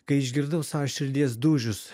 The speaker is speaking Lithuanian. kai išgirdau savo širdies dūžius